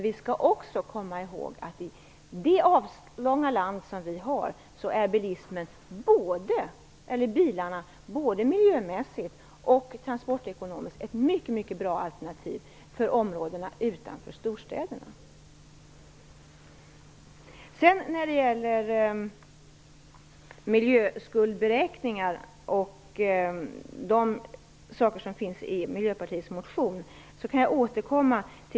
Vi skall komma ihåg att bilarna, i vårt avlånga land, både miljömässigt och transportekonomiskt är ett mycket bra alternativ för områdena utanför storstäderna. Jag kan återkomma till miljöskuldsberäkningarna och de saker som finns med i Miljöpartiets motion.